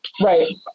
right